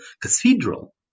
cathedral